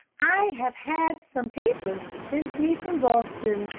i have had some papers sent me from boston,